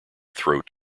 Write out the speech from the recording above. throat